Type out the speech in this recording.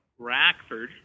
Rackford